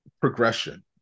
progression